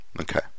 Okay